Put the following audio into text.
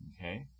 Okay